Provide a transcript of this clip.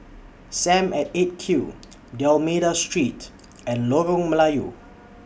SAM At eight Q D'almeida Street and Lorong Melayu